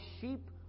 sheep